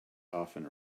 often